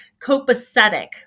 Copacetic